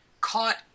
caught